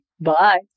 Bye